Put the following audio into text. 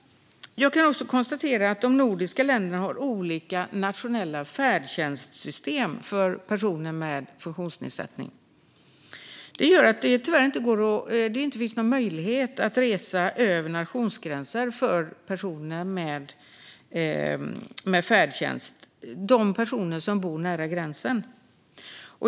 Herr talman! De nordiska länderna har olika nationella färdtjänstsystem för personer med funktionsnedsättning. Det gör det omöjligt för personer som bor vid gränsen att resa med färdtjänst över densamma.